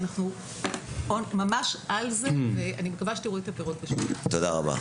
אנחנו ממש על זה ואני מקווה שתראו את הפירות ב --- תודה רבה.